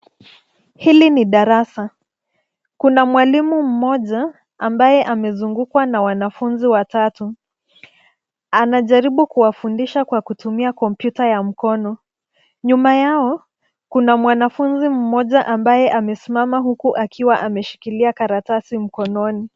Hili ni darasa. Kuna mwalimu mmoja ambaye amezungukwa na wanafunzi watatu. Anajaribu kuwafundisha kwa kutumia kompyuta ya mkono. Nyuma yao, kuna mwanafunzi mmoja ambaye amesimama huku akiwa ameshikilia karatasi mkononi.